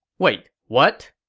wait, what?